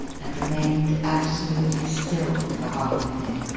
and remained absolutely still for half a minute,